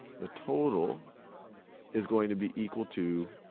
the total is going to be equal to,